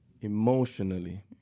emotionally